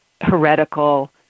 heretical